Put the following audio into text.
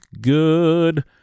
good